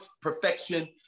perfection